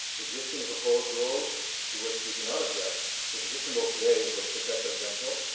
existing of proposed rules to which we do not object, so the existing rules today which protect residential,